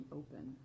open